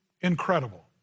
incredible